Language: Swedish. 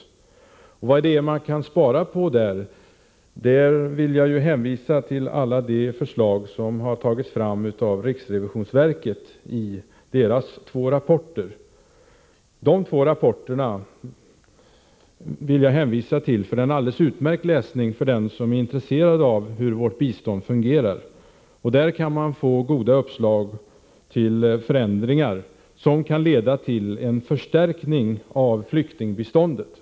I fråga om vad man där kan spara in på vill jag hänvisa till alla de förslag som förts fram av riksrevisionsverket i dess två rapporter. Jag vill hänvisa till dessa, eftersom de är en alldeles utmärkt läsning för den som är intresserad av hur vårt bistånd fungerar. Där kan man få goda uppslag till förändringar som kan leda till en förstärkning av flyktingbiståndet.